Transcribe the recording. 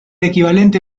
equivalente